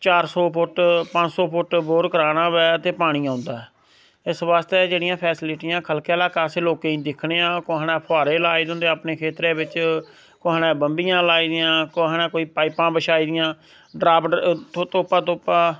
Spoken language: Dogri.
चार सौ फुट पंज सौ फुट बोर कराना होवे ते पानी आंदा ऐ इस आस्तै जेहड़ियां फैसिलिटियां खलके ल्हाकै असें लोकें गी दिक्खने आं कोहे ने फुहारे लाए दे हुंदे अपने खेत्तर बिच्च कोहा नै बम्बियां लाई दियां कोहा ने कोई पाइपां बछाई दियां तोपा तोपा